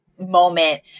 Moment